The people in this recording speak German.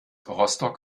rostock